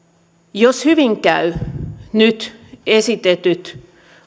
jos hyvin käy nyt esitetyt